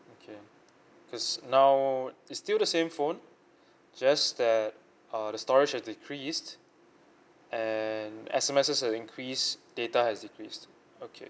okay because now it's still the same phone just that uh the storage has decreased and S_M_Ss has increased data has decreased